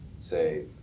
say